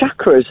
chakras